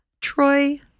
Troy